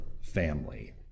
family